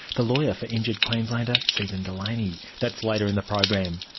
the lawyer for injured queenslander susan delaney. that's later in the program.